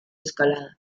escalada